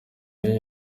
y’iyi